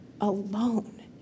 alone